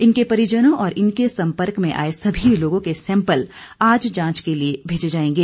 इनके परिजनों और इनके सम्पर्क में आए सभी लोगों के सैंपल आज जांच के लिए भेजे जाएंगे